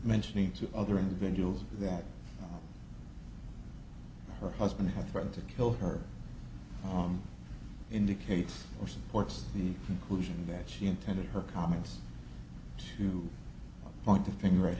mentioning to other individuals that her husband had threatened to kill her own indicates or supports the conclusion that she intended her comments to point the finger at